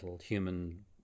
human